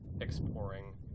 exploring